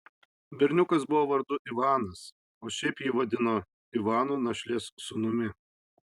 berniukas buvo vardu ivanas o šiaip jį vadino ivanu našlės sūnumi